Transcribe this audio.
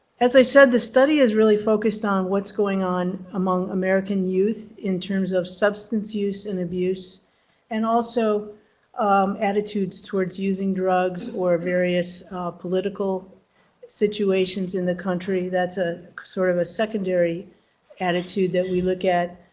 as i said, the study has really focused on what's going on among american youth in terms of substance use and abuse and also attitudes towards using drugs or various political situations in the country. that's a sort of a secondary attitude that we look at.